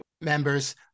members